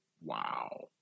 Wow